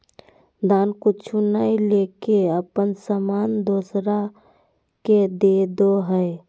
दान कुछु नय लेके अपन सामान दोसरा के देदो हइ